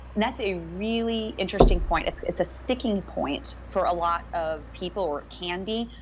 that's a really interesting point. it's it's a sticking point for a lot of people are candy.